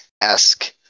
esque